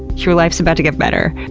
your life's about to get better.